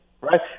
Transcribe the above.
right